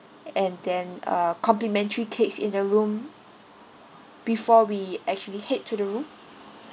and then uh complimentary cakes in the room before we actually head to the room